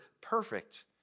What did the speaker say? perfect